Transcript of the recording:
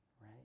right